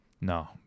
No